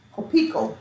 Copico